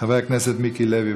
חבר הכנסת מיקי לוי,